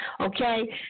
Okay